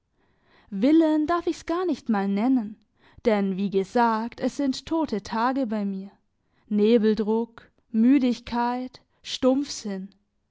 guten willen darf ich's gar nicht mal nennen denn wie gesagt es sind tote tage bei mir nebeldruck müdigkeit stumpfsinn